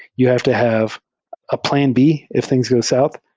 you have to have a plan b if things go south.